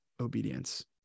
obedience